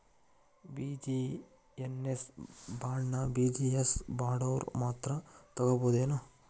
Business ಬಾಂಡ್ನ business ಮಾಡೊವ್ರ ಮಾತ್ರಾ ತಗೊಬೊದೇನು?